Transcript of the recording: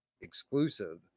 exclusive